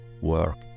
work